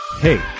hey